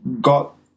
got